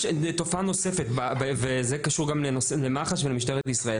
יש תופעה נוספת וזה קשור גם למח"ש ולמשטרת ישראל